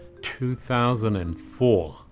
2004